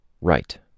Right